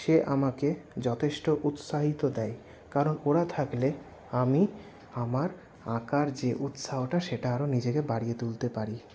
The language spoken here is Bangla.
সে আমাকে যথেষ্ট উৎসাহিত দেয় কারণ ওরা থাকলে আমি আমার আঁকার যে উৎসাহটা সেটা আরও নিজেকে বাড়িয়ে তুলতে পারি